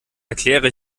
erkläre